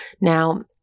Now